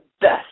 best